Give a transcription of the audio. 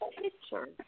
picture